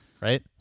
right